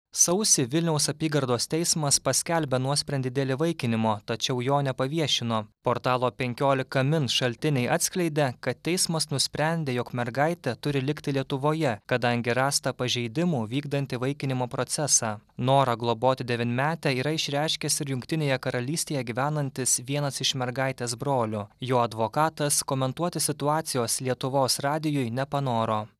sausį vilniaus apygardos teismas paskelbė nuosprendį dėl įvaikinimo tačiau jo nepaviešino portalo penkiolika min šaltiniai atskleidė kad teismas nusprendė jog mergaitė turi likti lietuvoje kadangi rasta pažeidimų vykdant įvaikinimo procesą norą globoti devynmetę yra išreiškęs ir jungtinėje karalystėje gyvenantis vienas iš mergaitės brolių jo advokatas komentuoti situacijos lietuvos radijui nepanoro